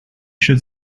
should